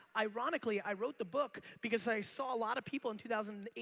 ironically, i wrote the book because i saw a lot of people in two thousand and eight,